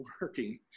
working